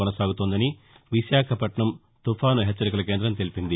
కొనసాగుతోందని విశాఖ తుపాను హెచ్చరికల కేంద్రం తెలిపింది